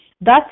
Thus